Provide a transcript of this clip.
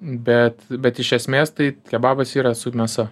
bet bet iš esmės tai kebabas yra su mėsa